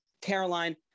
Caroline